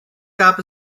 gab